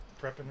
prepping